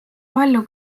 palju